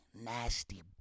nasty